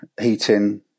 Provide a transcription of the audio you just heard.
heating